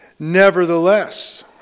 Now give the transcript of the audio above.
Nevertheless